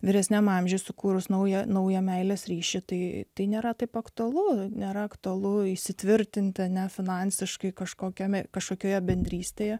vyresniame amžiuje sukūrus naują naują meilės ryšį tai nėra taip aktualu nėra aktualu įsitvirtinti ne finansiškai kažkokiame kažkokioje bendrystėje